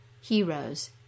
heroes